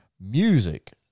music